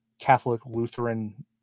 Catholic-Lutheran